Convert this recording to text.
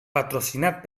patrocinat